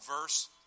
verse